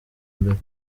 mbere